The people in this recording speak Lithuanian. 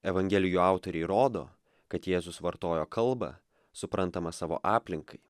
evangelijų autoriai rodo kad jėzus vartojo kalbą suprantamą savo aplinkai